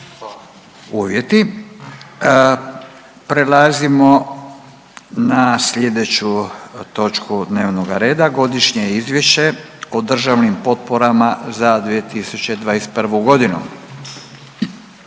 Prelazimo na slijedeću točku dnevnoga reda: - Godišnje izvješće o državnim potporama za 2021. godinu